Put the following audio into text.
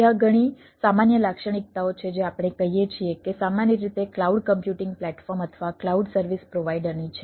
ત્યાં ઘણી સામાન્ય લાક્ષણિકતાઓ છે જે આપણે કહીએ છીએ કે સામાન્ય રીતે ક્લાઉડ કમ્પ્યુટિંગ પ્લેટફોર્મ અથવા ક્લાઉડ સર્વિસ પ્રોવાઈડરની છે